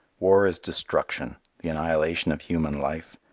war is destruction the annihilation of human life,